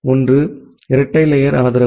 ஒன்று இரட்டை லேயர் ஆதரவு